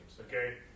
Okay